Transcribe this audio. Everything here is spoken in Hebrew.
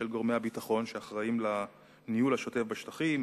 היא של גורמי הביטחון שאחראים לניהול השוטף בשטחים,